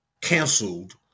canceled